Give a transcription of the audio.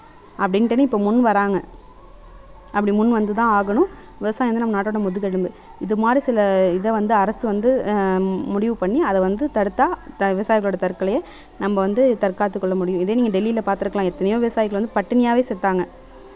அப்படின்ட்டனு இப்போ முன் வராங்க அப்படி முன் வந்துதான் ஆகணும் விவசாயம் வந்து நம்ம நாட்டோடய முதுகெலும்பு இதுமாதிரி சில இதை வந்து அரசு வந்து முடிவு பண்ணி அதை வந்து தடுத்தால் விவசாயிகளோடய தற்கொலைய நம்ம வந்து தற்காத்து கொள்ள முடியும் இதே நீங்கள் டெல்லியில் பார்த்துருக்கலாம் எத்தனையோ விவசாயிகள் வந்து பட்டினியாகவே செத்தாங்க